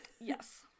yes